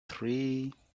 three